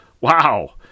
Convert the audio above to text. Wow